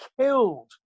killed